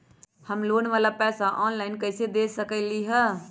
हम लोन वाला पैसा ऑनलाइन कईसे दे सकेलि ह?